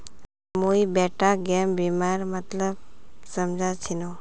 मुई बेटाक गैप बीमार मतलब समझा छिनु